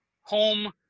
home